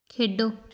ਖੇਡੋ